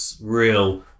real